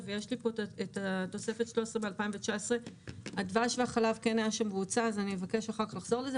הדבש כן משפיע.